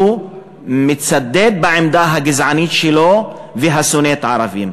מצדד בעמדה הגזענית שלו ושונאת הערבים.